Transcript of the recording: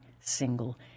single